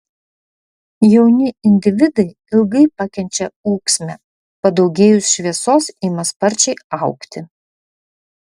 jauni individai ilgai pakenčia ūksmę padaugėjus šviesos ima sparčiai augti